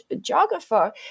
geographer